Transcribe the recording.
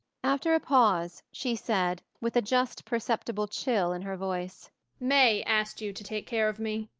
after a pause she said, with a just perceptible chill in her voice may asked you to take care of me.